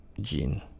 gene